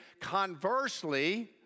Conversely